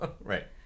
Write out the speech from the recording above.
Right